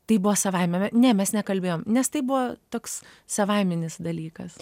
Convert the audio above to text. tai buvo savaime ne mes nekalbėjom nes tai buvo toks savaiminis dalykas